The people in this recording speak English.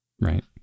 right